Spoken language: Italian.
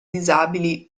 disabili